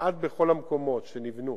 כמעט בכל המקומות שנבנו